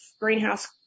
greenhouse